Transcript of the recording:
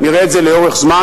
נראה את זה לאורך זמן.